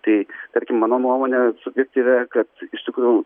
tai tarkim mano nuomone subjektyvia kad ištikrųjų